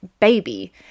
baby